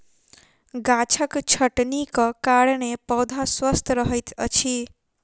गाछक छटनीक कारणेँ पौधा स्वस्थ रहैत अछि